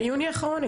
ביוני 2020